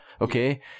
okay